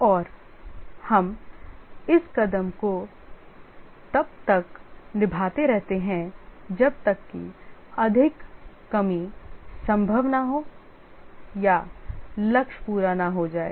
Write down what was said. और हम इस कदम को तब तक निभाते रहते हैं जब तक कि अधिक कमी संभव न हो या लक्ष्य पूरा न हो जाए